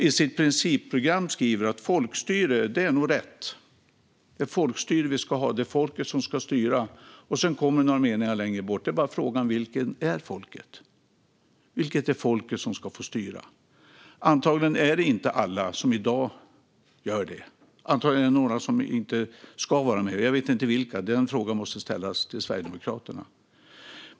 I sitt principprogram skriver de: Folkstyre är nog rätt. Det är folkstyre vi ska ha. Det är folket som ska styra. Sedan kommer det några meningar längre ned: Frågan är bara vilket folk det är. Vilket är folket som ska få styra? Antagligen menar de att inte alla som i dag styr ska göra det. Antagligen är det några som inte ska vara med. Jag vet inte vilka. Den frågan måste ställas till Sverigedemokraterna.